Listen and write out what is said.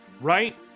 right